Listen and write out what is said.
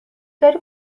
داری